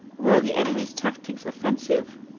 were the enemy's tactics offensive?